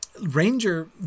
Ranger